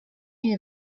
you